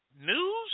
news